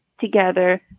together